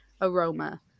aroma